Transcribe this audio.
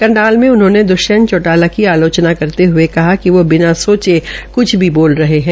करनाल मे उन्होंने द्वष्यंत चौटाला की आलोचना करते हये कहा कि वो बिना सोचे कुछ बोल रहे है